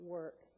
Work